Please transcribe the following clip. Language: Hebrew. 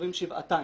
שחשובים שבעתיים.